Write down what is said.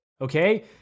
Okay